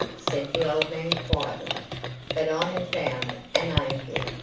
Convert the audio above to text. said the old man, quietly but i have found an angel.